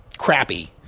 Crappy